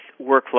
Workflow